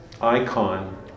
icon